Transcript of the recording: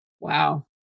Wow